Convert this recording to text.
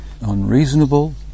unreasonable